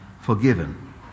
forgiven